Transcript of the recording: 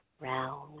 Round